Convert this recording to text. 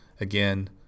again